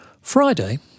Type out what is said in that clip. Friday